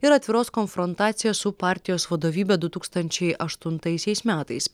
ir atviros konfrontacijos su partijos vadovybe du tūkstančiai aštuntaisiais metais